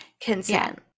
consent